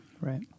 Right